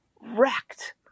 wrecked